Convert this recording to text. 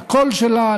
לקול שלה,